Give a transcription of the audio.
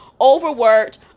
overworked